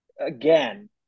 again